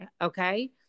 okay